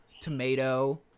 tomato